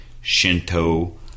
Shinto